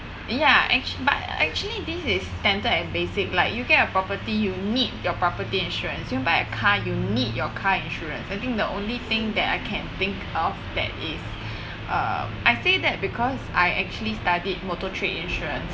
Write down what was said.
ya act~ but actually this is standard and basic like you get a property you need your property insurance you buy a car you need your car insurance I think the only thing that I can think of that is uh I say that because I actually studied motor trade insurance